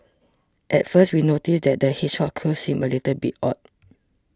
at first we noticed that the hedgehog's quills seemed a little bit odd